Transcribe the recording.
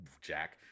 Jack